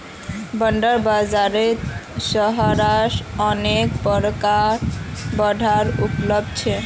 bond बाजारत सहारार अनेक प्रकारेर बांड उपलब्ध छ